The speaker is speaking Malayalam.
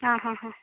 ആ ഹാ ഹാ